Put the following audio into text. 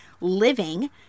living